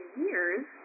years